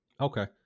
Okay